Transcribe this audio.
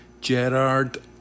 Gerard